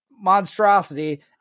monstrosity